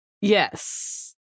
Yes